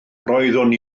roeddwn